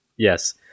Yes